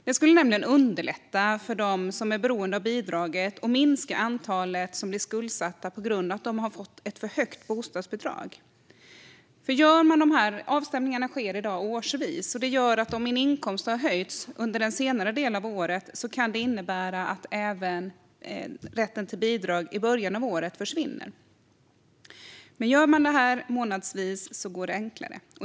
Det skulle underlätta för dem som är beroende av bidraget och minska antalet som blir skuldsatta på grund av att de fått ett för högt bostadsbidrag. Avstämningarna sker i dag årsvis. Det gör att om min inkomst har höjts under den senare delen av året kan det innebära att rätten till bidrag i början på året försvinner. Gör man det månadsvis blir det enklare.